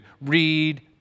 read